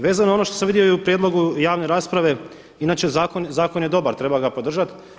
Vezano i ono što sam vidio u prijedlogu javne rasprave inače zakon je dobar, treba ga podržati.